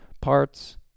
parts